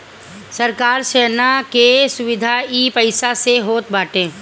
सरकार सेना के सुविधा इ पईसा से होत बाटे